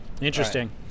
Interesting